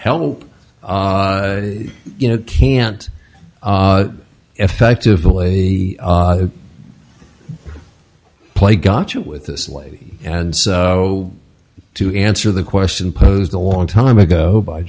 help you know can't effectively play gotcha with this lady and so to answer the question posed a long time ago by